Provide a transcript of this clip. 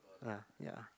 uh ya